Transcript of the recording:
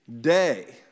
day